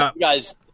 guys